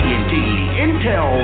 Intel